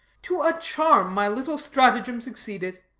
to a charm, my little stratagem succeeded.